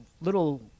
little